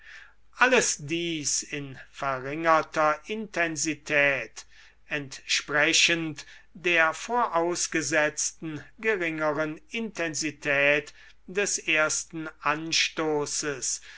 alles dies in verringerter intensität entsprechend der vorausgesetzten geringeren intensität des ersten anstoßes